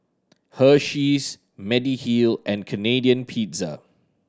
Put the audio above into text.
Hersheys Mediheal and Canadian Pizza